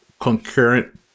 concurrent